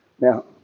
Now